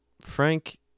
Frank